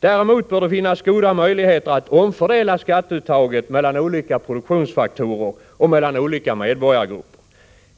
Däremot bör det finnas goda möjligheter att omfördela skatteuttaget mellan olika produktionsfaktorer och mellan olika medborgargrupper.